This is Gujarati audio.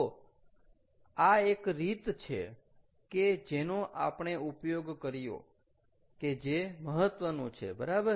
તો આ એક રીત છે કે જેનો આપણે ઉપયોગ કર્યો કે જે મહત્વનું છે બરાબર